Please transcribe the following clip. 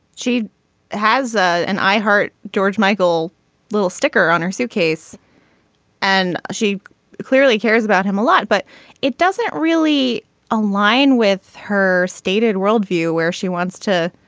she has ah an eye hurt. george michael little sticker on her suitcase and she clearly cares about him a lot but it doesn't really align with her stated worldview where she wants to.